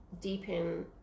deepen